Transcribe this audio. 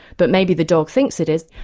but maybe the dog thinks it is.